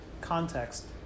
context